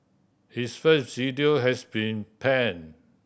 his first video has been pan